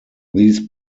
these